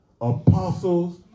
apostles